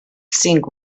cinc